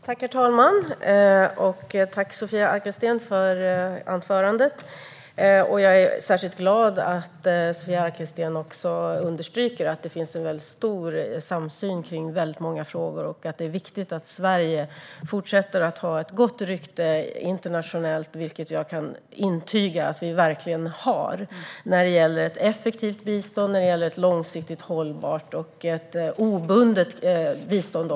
Herr talman! Tack, Sofia Arkelsten, för anförandet! Jag är särskilt glad att du understryker att det finns en stor samsyn på många frågor och att det är viktigt att Sverige fortsätter att ha ett gott rykte internationellt, vilket jag kan intyga att vi verkligen har när det gäller ett effektivt, ett långsiktigt hållbart och ett obundet bistånd.